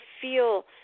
feel